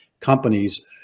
companies